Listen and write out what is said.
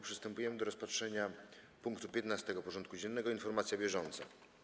Przystępujemy do rozpatrzenia punktu 15. porządku dziennego: Informacja bieżąca.